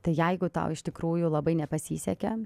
tai jeigu tau iš tikrųjų labai nepasisekė